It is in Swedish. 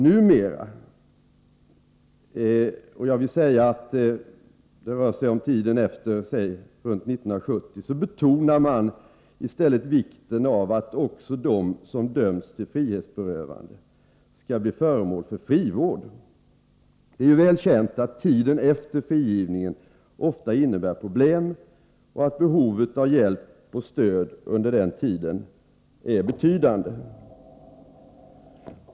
Numera — dvs. sedan omkring år 1970 — betonar man i stället vikten av att också de som dömts till frihetsberövande skall bli föremål för frivård. Det är ju väl känt att tiden efter frigivningen ofta innebär problem och att behovet av hjälp och stöd under den tiden är betydande.